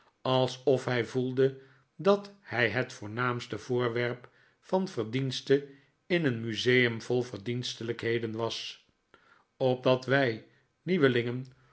alsof hij voelde dat hij het voornaamste voorwerp van verdienste in een museum vol verdienstelijkheden was opdat wij nieuwelingen